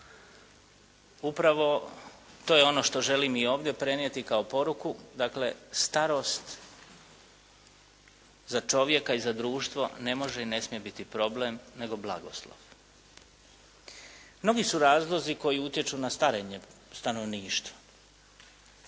Upravo to je ono što želim i ovdje prenijeti kao poruku, dakle starost za čovjeka i za društvo ne može i ne smije biti problem nego blagoslov. Mnogi su razlozi koji utječu na starenje stanovništva.